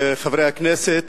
חברי הכנסת,